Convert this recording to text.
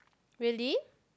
really